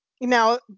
Now